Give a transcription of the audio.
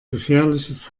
gefährliches